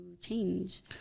change